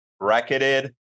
Bracketed